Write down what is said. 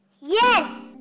Yes